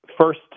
first